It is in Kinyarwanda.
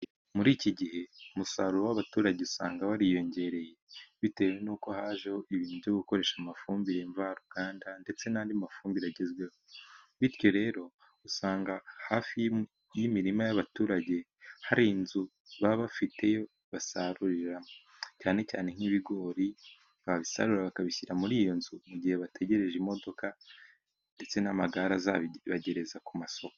Muri iki gihe umusaruro w'abaturage usanga wariyongereye, bitewe nuko hajeho ibintu byo gukoresha amafumbire mvaruganda ndetse n'andi mafumbire agezweho, bityo rero usanga hafi y'imirima y'abaturage hari inzu baba bafite basaruriramo, cyane cyane nk'ibigori babisarura bakabishyira muri iyo nzu, mu gihe bategereje imodoka ndetse n'amagare azabibagereza ku masoko.